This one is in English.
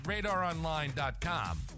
RadarOnline.com